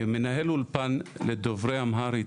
כמנהל אולפן לדוברי אמהרית,